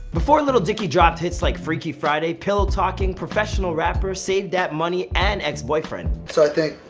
before lil dicky dropped hits like freaky friday, pillow talking, professional rapper, save dat money, and ex boyfriend so i think,